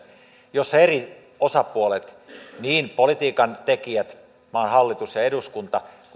jossa eri osapuolet niin politiikantekijät maan hallitus ja eduskunta kuin